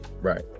right